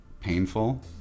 painful